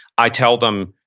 i tell them,